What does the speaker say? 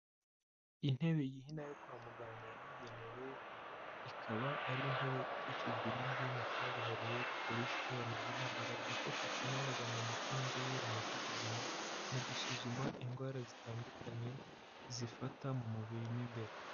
Intebe yihina yo kwa muganga yabugenewe, ikaba ari intebe ikikijwe n'imbyuma kabuhariwe bikoresha ikoranabuhanga byifashishwa n'abaganga ndetse n'inzobere mu by'ubuzima mu gusuzuma indwara zitandukanye zifata mu mubiri mo imbere.